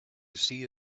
see